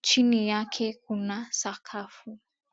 chini yake kuna sakafu.